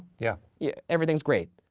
yeah yeah. everything's great,